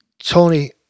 Tony